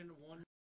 one